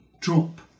drop